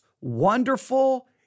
wonderful